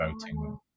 voting